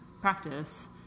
practice